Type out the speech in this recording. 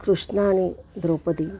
कृष्णाने द्रौपदी